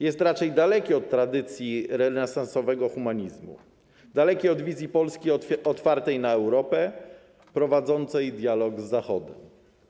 Jest raczej dalekie od tradycji renesansowego humanizmu, dalekie od wizji Polski otwartej na Europę, prowadzącej dialog z Zachodem.